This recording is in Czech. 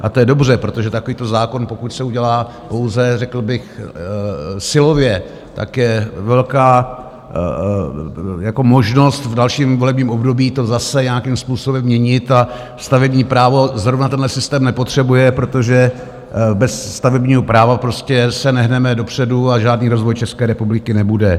A to je dobře, protože takovýto zákon, pokud se udělá pouze řekl bych silově, je velká možnost v dalším volebním období to zase nějakým způsobem měnit a stavební právo zrovna tenhle systém nepotřebuje, protože bez stavebního práva prostě se nehneme dopředu a žádný rozvoj České republiky nebude.